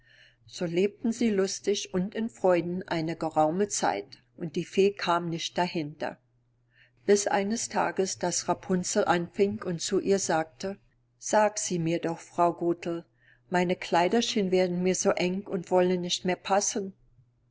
so lebten sie lustig und in freuden eine geraume zeit und die fee kam nicht dahinter bis eines tages das rapunzel anfing und zu ihr sagte sag sie mir doch frau gothel meine kleiderchen werden mir so eng und wollen nicht mehr passen